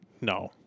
No